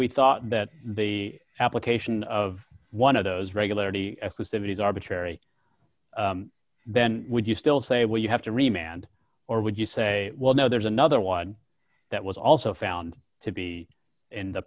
we thought that the application of one of those regularity system is arbitrary then would you still say well you have to remain and or would you say well now there's another one that was also found to be in the